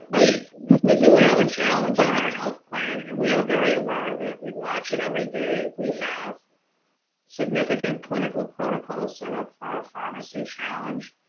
we we do have a challenge on our health plan and we are very aware of it. we watch it every day. we have significant clinical protocols set up for our pharmacy challenge.